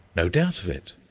no doubt of it!